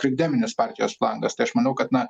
krikdeminis partijos flangas tai aš manau kad na